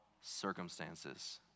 circumstances